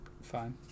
fine